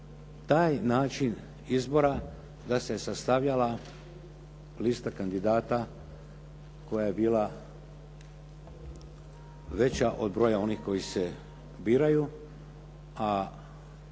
taj način izbora da se sastavljala lista kandidata koja je bila veća od broja onih koji se biraju.